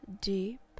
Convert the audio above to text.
deep